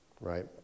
right